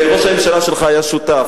וראש הממשלה שלך היה שותף,